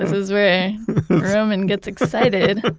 is is where roman gets excited.